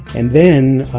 and then,